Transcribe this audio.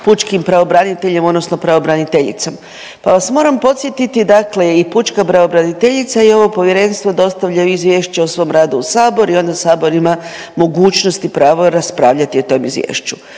pučkim pravobraniteljem odnosno pravobraniteljicom pa vas moram podsjetiti, dakle i pučka pravobraniteljica i ovo Povjerenstvo dostavljaju izvješće o svom radu u Sabor i onda Sabor ima mogućnosti i pravo raspravljati o tom Izvješću.